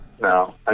no